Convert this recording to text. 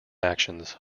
actions